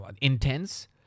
intense